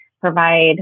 provide